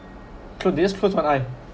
close they just close one eye